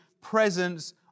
presence